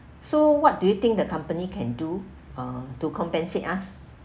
so what do you think the company can do uh to compensate us